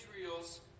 Israel's